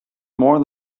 more